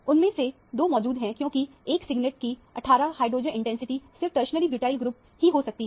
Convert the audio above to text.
उनमें से दो मौजूद हैं क्योंकि एक सिंगलेट की 18 हाइड्रोजन इंटेंसिटी सिर्फ टरसरी ब्यूटाइल ग्रुप ही हो सकती हैं